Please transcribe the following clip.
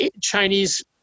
Chinese